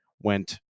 went